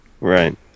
Right